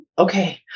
okay